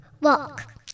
walk